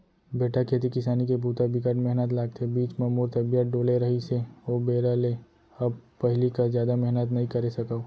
बेटा खेती किसानी के बूता बिकट मेहनत लागथे, बीच म मोर तबियत डोले रहिस हे ओ बेरा ले अब पहिली कस जादा मेहनत नइ करे सकव